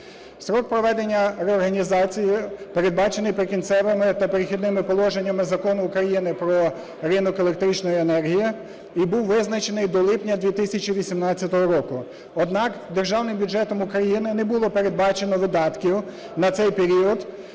Строк проведення реорганізації передбачений "Прикінцевими та перехідними положення" Закону України "Про ринок електричної енергії" і був визначений до липня 2018 року. Однак державним бюджетом України не було передбачено видатків на цей період,